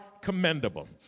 commendable